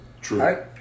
True